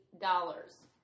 dollars